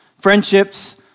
friendships